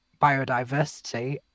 biodiversity